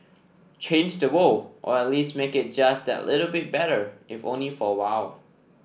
change the world or at least make it just that little bit better if only for a while